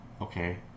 Okay